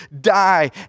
die